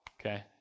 okay